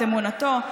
את אמונתו.